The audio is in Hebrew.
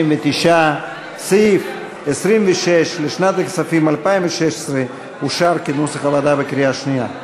59. סעיף 26 לשנת הכספים 2016 אושר כנוסח הוועדה בקריאה שנייה.